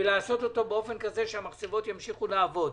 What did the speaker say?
באופן כזה שהמחצבות ימשיכו לעבוד?